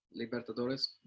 Libertadores